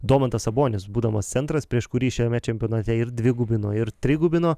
domantas sabonis būdamas centras prieš kurį šiame čempionate ir dvigubino ir trigubino